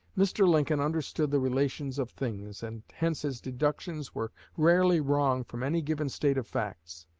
mr. lincoln understood the relations of things, and hence his deductions were rarely wrong from any given state of facts.